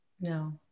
No